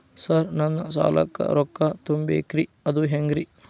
Sir ನನ್ನ ಸಾಲಕ್ಕ ರೊಕ್ಕ ತುಂಬೇಕ್ರಿ ಅದು ಹೆಂಗ್ರಿ?